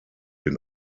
den